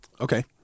Okay